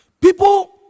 People